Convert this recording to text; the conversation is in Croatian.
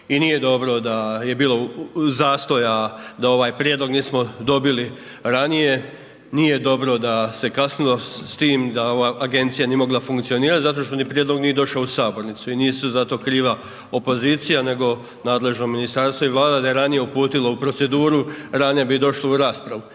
i nije dobro da je bilo zastoja da ovaj prijedlog nismo dobili ranije, nije dobro da se kasnilo s tim, da ova agencija nije mogla funkcionirat zato što ni prijedlog nije došao u sabornicu i nisu zato kriva opozicija nego nadležno ministarstvo i vlada, da je ranije uputilo u proceduru, ranije bi došlo u raspravu.